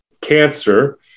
cancer